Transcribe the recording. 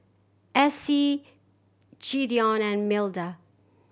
Essie Gideon and Milda